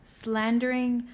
slandering